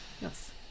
Yes